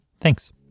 Thanks